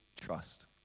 trust